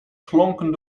klonken